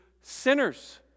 sinners